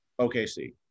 OKC